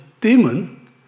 demon